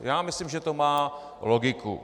Já myslím, že to má logiku.